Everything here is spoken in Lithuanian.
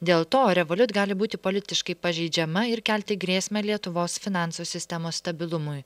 dėl to revolut gali būti politiškai pažeidžiama ir kelti grėsmę lietuvos finansų sistemos stabilumui